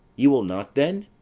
you will not then?